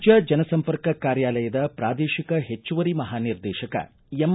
ರಾಜ್ಯ ಜನ ಸಂಪರ್ಕ ಕಾರ್ಯಾಲಯದ ಪ್ರಾದೇಶಿಕ ಹೆಚ್ಚುವರಿ ಮಹಾನಿರ್ದೇಶಕ ಎಂ